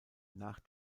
nach